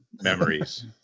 memories